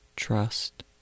Trust